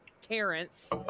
terrence